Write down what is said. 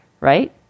Right